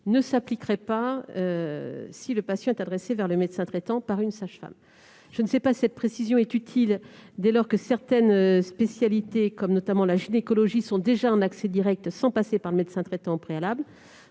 ne s'applique pas si le patient est adressé vers le médecin traitant par une sage-femme. Je ne sais pas si cette précision est utile, dans la mesure où certaines spécialités, notamment la gynécologie, sont déjà en accès direct, sans passer au préalable par le médecin traitant. Pour les